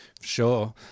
Sure